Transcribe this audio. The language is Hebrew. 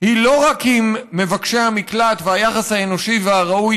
היא לא רק עם מבקשי המקלט והיחס האנושי והראוי